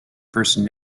person